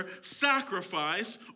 sacrifice